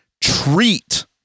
treat